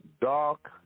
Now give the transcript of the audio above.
Dark